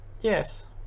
Yes